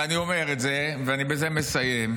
ואני אומר את זה, ובזה אני מסיים,